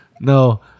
No